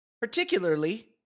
particularly